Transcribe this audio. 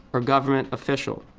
or government official.